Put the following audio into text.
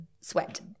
sweat